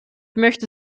möchte